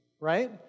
right